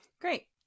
Great